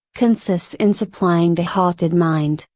consists in supplying the halted mind,